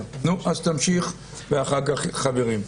אז תמשיך, ואחר כך חברים.